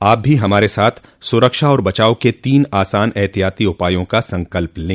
आप भी हमारे साथ सुरक्षा और बचाव के तीन आसान एहतियाती उपायों का संकल्प लें